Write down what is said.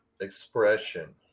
expression